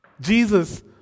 Jesus